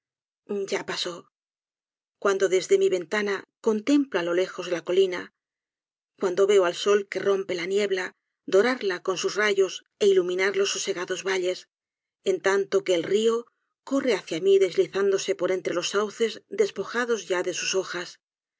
ya pasó cuando desde mi ventana contemplo alo lejos la colina cuando veo al sol que rompe la niebla dorarla con sus rayos é iluminar los sosegados valles en tanto que el rio corre hacia mí deslizándose por entre los sauces despojados ya de sus hojas